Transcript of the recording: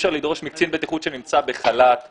אי-אפשר לדרוש מקצין בטיחות שנמצא בחל"ת-